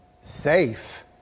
safe